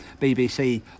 BBC